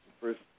first